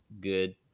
good